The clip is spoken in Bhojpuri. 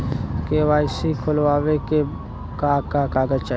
के.वाइ.सी खोलवावे बदे का का कागज चाही?